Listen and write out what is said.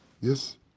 yes